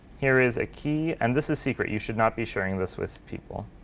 here is a key. and this is secret. you should not be sharing this with people.